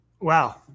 Wow